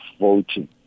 voting